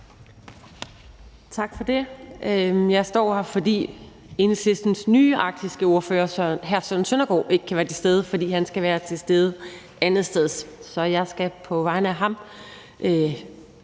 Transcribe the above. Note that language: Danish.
Tak for det. Jeg står her, fordi Enhedslistens nye arktiske ordfører, hr. Søren Søndergaard, ikke kan være til stede, fordi han skal være til stede andetsteds. Så jeg skal på vegne af ham